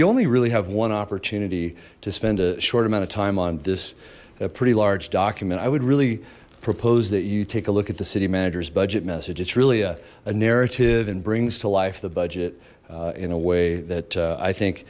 you only really have one opportunity to spend a short amount of time on this pretty large document i would really propose that you take a look at the city manager's budget message it's really a narrative and brings to life the budget in a way that i think